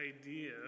idea